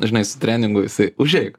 nu žinai su treningu jisai užeik